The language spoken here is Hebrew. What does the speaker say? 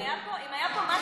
אם היה פה,